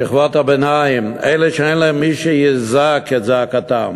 שכבות הביניים, אלו שאין להם מי שיזעק את זעקתם.